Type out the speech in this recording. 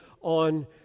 on